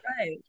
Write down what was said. Right